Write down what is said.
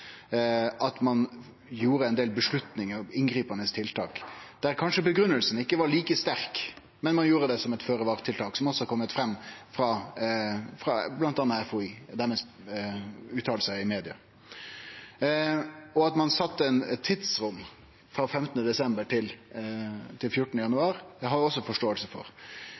tok ein del avgjerder om inngripande tiltak, der grunngivinga kanskje ikkje var like sterk, men ein gjorde det som eit føre var-tiltak, noko som også har kome fram frå bl.a. FHI, gjennom deira utsegner i media. At ein sette eit tidsrom – frå 15. desember til 14. januar – har eg også forståing for.